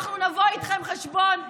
אנחנו נבוא איתכם חשבון אחד-אחד,